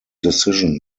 decision